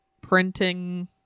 printing